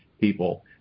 people